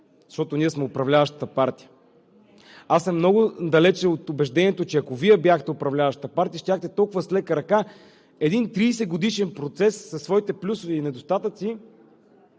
защото ние сме управляващата партия. Много съм далеч от убеждението, че ако Вие бяхте управляваща партия, щяхте с толкова лека ръка един 30 годишен процес със своите плюсове и недостатъци